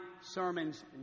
sermons